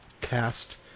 cast